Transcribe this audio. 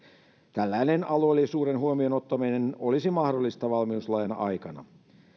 tällainen alueellisuuden huomioon ottaminen olisi mahdollista valmiuslain aikana